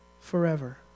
Forever